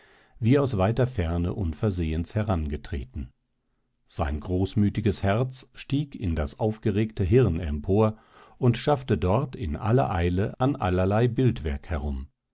wie aus weiter ferne unversehens herangetreten sein großmütiges herz stieg in das aufgeregte hirn empor und schaffte dort in aller eile an allerlei bildwerk herum